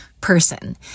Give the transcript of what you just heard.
person